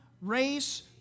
race